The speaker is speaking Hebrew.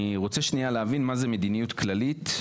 אני רוצה להבין מה זה "מדיניות כללית"